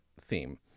theme